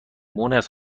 مونس